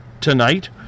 tonight